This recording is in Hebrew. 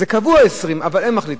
זה קבוע 20. אבל הם מחליטים.